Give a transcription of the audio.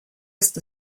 ist